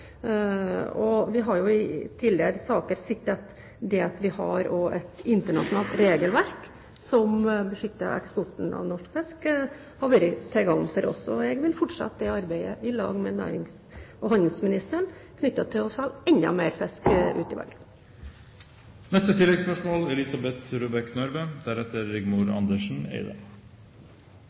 Vi har jo i tidligere saker sett at det at vi har et internasjonalt regelverk som beskytter eksporten av norsk fisk, har vært til gagn for oss, og jeg vil fortsette arbeidet i lag med nærings- og handelsministeren knyttet til å selge enda mer fisk ute i verden. Elisabeth Røbekk Nørve